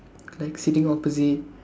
like sitting opposite